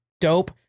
dope